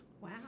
Wow